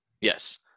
Yes